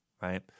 right